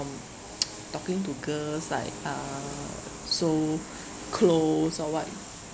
from talking to girls like uh so close or what